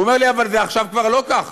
הוא אומר לי: אבל זה עכשיו כבר לא ככה,